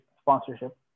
sponsorship